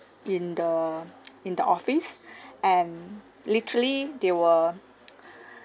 in the in the office and literally they will